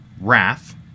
wrath